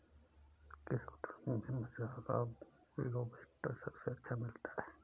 किस होटल में मसाला लोबस्टर सबसे अच्छा मिलता है?